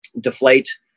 deflate